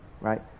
right